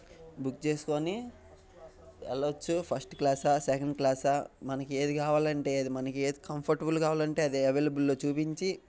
book చేసుకోని వెళ్ళవచ్చు first క్లాసా సెకండ్ క్లాసా మనకి ఏది కావాలి అంటే అది మనకి ఏది కంఫర్టబుల్ కావాలి అంటే అది అవైలబుల్లో చూపించి